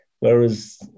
Whereas